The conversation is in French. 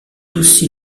aussi